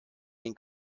den